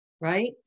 right